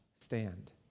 stand